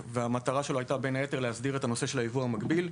והמטרה שלו הייתה בין היתר להסדיר את נושא הייבוא המקביל.